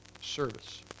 service